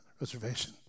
reservation